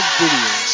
videos